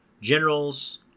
generals